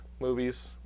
movies